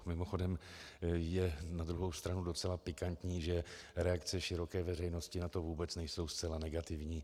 Mimochodem, je na druhou stranu docela pikantní, že reakce široké veřejnosti na to vůbec nejsou zcela negativní.